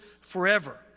forever